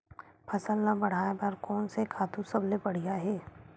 फसल ला बढ़ाए बर कोन से खातु सबले बढ़िया हे?